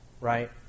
right